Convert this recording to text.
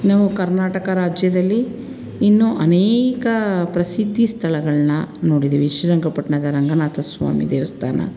ನಾವು ಕರ್ನಾಟಕ ರಾಜ್ಯದಲ್ಲಿ ಇನ್ನೂ ಅನೇಕ ಪ್ರಸಿದ್ಧಿ ಸ್ಥಳಗಳನ್ನ ನೋಡಿದ್ದೀವಿ ಶ್ರೀರಂಗಪಟ್ಟಣದ ರಂಗನಾಥ ಸ್ವಾಮಿ ದೇವಸ್ಥಾನ